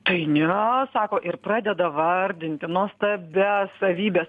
tai ne sako ir pradeda vardinti nuostabias savybes